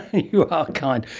you are kind!